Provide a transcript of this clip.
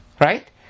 Right